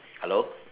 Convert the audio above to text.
hello